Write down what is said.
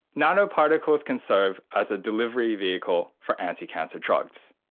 nanoparticles can serve as a delivery vehicle for anti-cancer drugs.